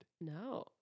No